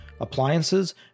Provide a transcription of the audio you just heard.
appliances